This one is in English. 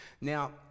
Now